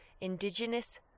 Indigenous